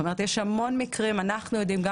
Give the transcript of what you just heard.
כלומר יש הרבה מקרים שאנחנו יודעים גם